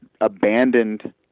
abandoned